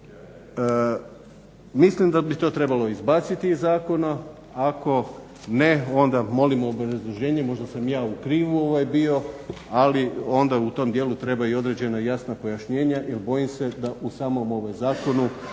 Mislim da bi to trebao izbaciti iz zakona, ako ne onda molimo obrazloženje, možda sam ja u krivu bio ali onda u tom dijelu treba i određena jasna pojašnjenja jer bojim se da u samom ovom zakonu